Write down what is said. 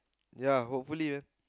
yeah hopefully uh